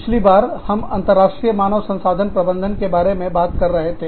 पिछली बार हम अंतरराष्ट्रीय मानव संसाधन प्रबंधन के बारे में बात कर रहे थे